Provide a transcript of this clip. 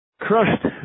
Crushed